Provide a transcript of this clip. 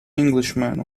englishman